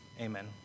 Amen